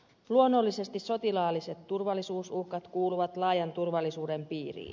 luonnollisesti sotilaalliset turvallisuusuhkat kuuluvat laajan turvallisuuden piiriin